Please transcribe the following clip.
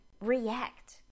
react